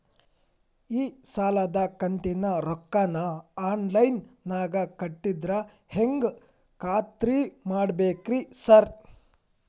ಈ ಸಾಲದ ಕಂತಿನ ರೊಕ್ಕನಾ ಆನ್ಲೈನ್ ನಾಗ ಕಟ್ಟಿದ್ರ ಹೆಂಗ್ ಖಾತ್ರಿ ಮಾಡ್ಬೇಕ್ರಿ ಸಾರ್?